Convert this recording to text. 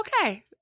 okay